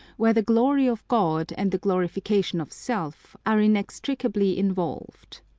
where the glory of god and the glorification of self are inextricably involved.